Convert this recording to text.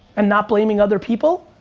and not blaming other people,